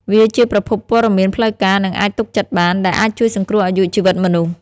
វាជាប្រភពព័ត៌មានផ្លូវការ និងអាចទុកចិត្តបាន ដែលអាចជួយសង្គ្រោះអាយុជីវិតមនុស្ស។